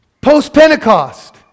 Post-Pentecost